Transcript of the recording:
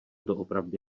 doopravdy